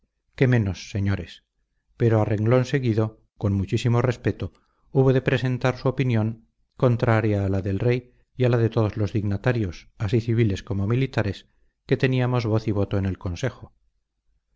qué menos señores pero a renglón seguido con muchísimo respeto hubo de presentar su opinión contraria a la del rey y a la de todos los dignatarios así civiles como militares que teníamos voz y voto en el consejo